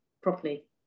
properly